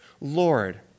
Lord